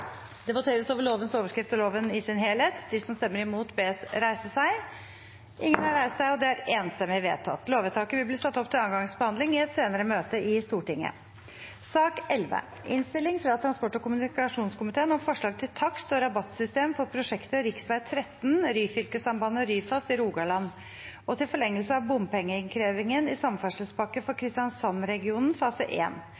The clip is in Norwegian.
Det voteres over lovens overskrift og loven i sin helhet. Lovvedtaket vil bli ført opp til andre gangs behandling i et senere møte i Stortinget. Videre var innstilt: Stortinget samtykker i at bompengeselskapet får tillatelse til å forlenge innkrevingen av bompenger i Samferdselspakke for